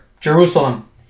Jerusalem